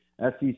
SEC